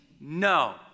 no